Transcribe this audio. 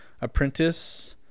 apprentice